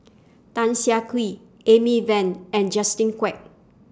Tan Siah Kwee Amy Van and Justin Quek